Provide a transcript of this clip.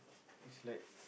it's like